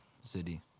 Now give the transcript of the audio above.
City